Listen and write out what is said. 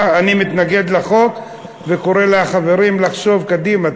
אני מתנגד לחוק וקורא לחברים לחשוב קדימה.